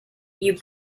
you